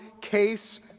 case